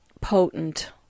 potent